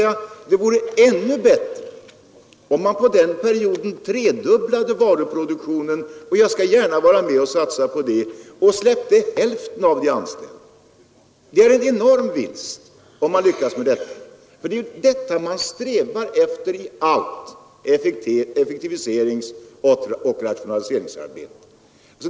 Det vore ännu bättre om man på den perioden tredubblade varuproduktionen. Jag skall gärna vara med och satsa på det och släppa hälften av de anställda. Det skulle bli en enorm vinst, om man lyckades därmed, för det är ju detta man strävar efter i allt effektiviseringsoch rationaliseringsarbete.